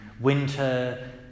winter